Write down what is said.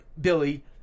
Billy